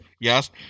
Yes